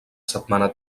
setmana